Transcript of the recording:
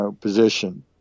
position